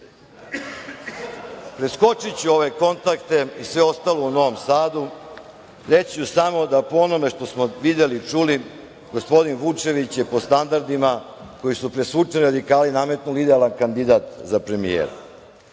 šefom. Preskočiću ove kontakte i sve ostalo u Novom Sadu, reći su samo da po onome što smo videli i čuli, gospodin Vučević je po standardima koji su presvučeni radikali nametnuli idealan kandidat za premijera. Sad